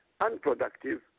unproductive